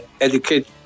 educate